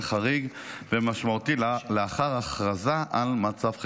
חריג ומשמעותי לאחר הכרזה על מצב חירום.